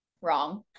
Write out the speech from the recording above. Wrong